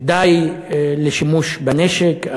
די לשימוש בנשק,